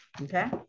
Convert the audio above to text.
Okay